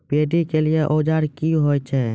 Paddy के लिए औजार क्या हैं?